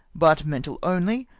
but mental only,